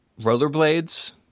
rollerblades